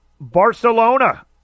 Barcelona